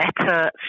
better